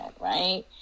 right